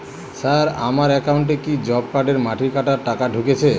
Sir আমার একাউন্টে কি জব কার্ডের মাটি কাটার টাকা ঢুকেছে?